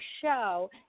show